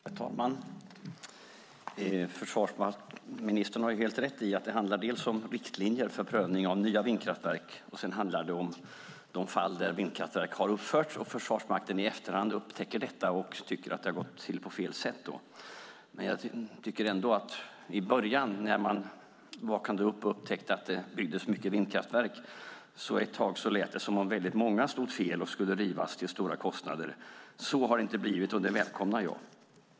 Herr talman! Försvarsministern har helt rätt i att det handlar om riktlinjer för prövning av nya vindkraftverk. Sedan handlar det om de fall där vindkraftverk har uppförts och Försvarsmakten i efterhand upptäcker detta och tycker att det har gått till på fel sätt. I början, när man vaknade upp och upptäckte att det byggdes mycket vindkraftverk, lät det ett tag som om väldigt många stod fel och skulle rivas till stora kostnader. Så har det inte blivit, och det välkomnar jag.